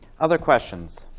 other questions?